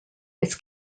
its